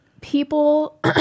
people